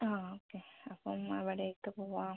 ആ ഓക്കെ അപ്പം അവിടേക്ക് പോവാം